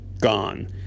gone